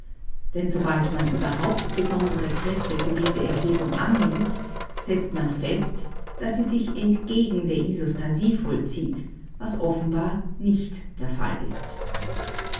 denn sobald man überhaupt besondere kräfte für diese erhebung annimmt setzt man fest daß sie sich entgegen der isostasie vollzieht was für größere gebirge zweifellos nicht der fall ist